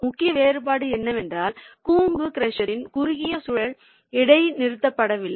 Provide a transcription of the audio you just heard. முக்கிய வேறுபாடு என்னவென்றால் கூம்பு க்ரஷர்யின் குறுகிய சுழல் இடைநிறுத்தப்படவில்லை